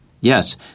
Yes